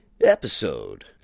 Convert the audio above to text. Episode